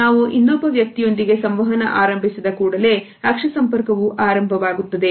ನಾವು ಇನ್ನೊಬ್ಬ ವ್ಯಕ್ತಿಯೊಂದಿಗೆ ಸಂವಹನ ಆರಂಭಿಸಿದ ಕೂಡಲೇ ಅಕ್ಷಿ ಸಂಪರ್ಕವು ಆರಂಭವಾಗುತ್ತದೆ